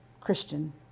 Christian